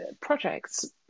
projects